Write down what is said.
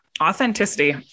authenticity